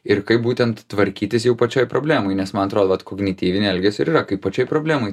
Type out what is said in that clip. ir kaip būtent tvarkytis jau pačioj problemoj nes man atrodo vat kognityvinė elgesio ir yra kaip pačioj problemoj